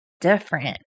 different